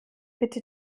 bitte